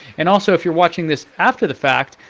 and also, if you're watching this after the fact,